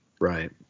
Right